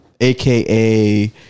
aka